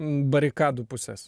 barikadų puses